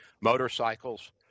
Motorcycles